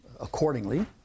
accordingly